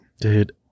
Dude